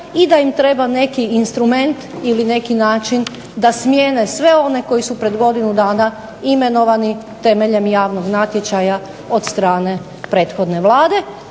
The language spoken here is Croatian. i da im treba neki instrument ili neki način da smjene sve one koji su pred godinu dana imenovani temeljem javnog natječaja od strane prethodne Vlade.